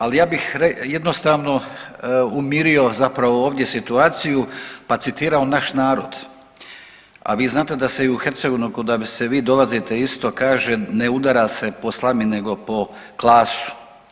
Ali ja bih jednostavno umirio zapravo ovdje situaciju pa citirao naš narod, a vi znate da se i u Hercegovini da vi dolazite isto kaže ne udara se po slami, nego po klasu.